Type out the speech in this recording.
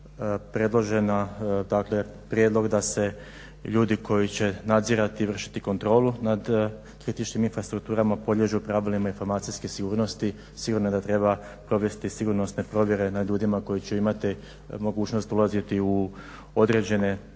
Isto tako prijedlog da se ljudi koji će nadzirati, vršiti kontrolu nad kritičnim infrastrukturama podliježu pravilima informacijske sigurnosti sigurno je da treba provesti sigurnosne provjere na ljudima koji će imati mogućnost ulaziti u određene